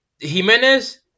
Jimenez